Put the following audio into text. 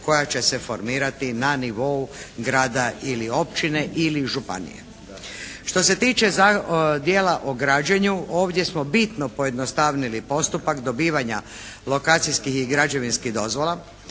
koja će se formirati na nivou grada, općine ili županije. Što se tiče dijela o građenju ovdje smo bitno pojednostavili postupak dobivanja lokacijskih i građevinskih dozvola.